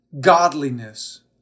godliness